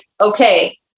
okay